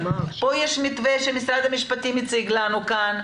פה יש מתווה שמשרד המשפטים הציג לנו כאן,